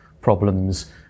problems